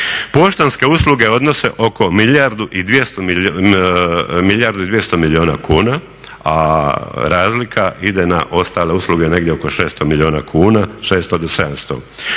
Poštanske usluge odnose oko milijardu i 200 milijuna kuna, a razlika ide na ostale usluge, negdje oko 600 milijuna kuna, 600 do 700.